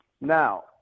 Now